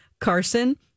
carson